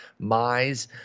Mize